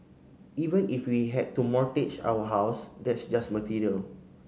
even if we had to mortgage our house that's just material